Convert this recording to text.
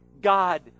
God